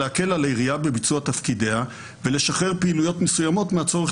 להקל על העירייה בביצוע תפקידיה ולשחרר פעילויות מסוימות מן הצורך